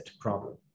problem